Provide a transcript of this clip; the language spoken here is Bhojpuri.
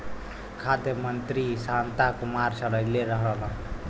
खाद्य मंत्री शांता कुमार चललइले रहलन